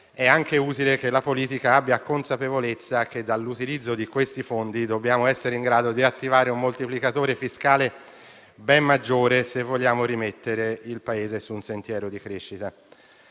è anche utile che la politica abbia consapevolezza che, dall'utilizzo di questi fondi, dobbiamo essere in grado di attivare un moltiplicatore fiscale ben maggiore, se vogliamo rimettere il Paese su un sentiero di crescita.